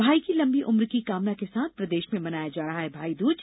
भाई की लंबी उम्र की कामना के साथ प्रदेश में मनाया जा रहा है भाईदूज